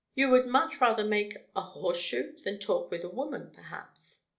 you would much rather make a horseshoe than talk with a woman, perhaps?